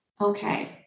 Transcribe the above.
okay